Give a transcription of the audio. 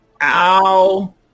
ow